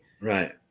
Right